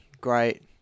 great